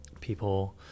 people